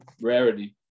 Rarity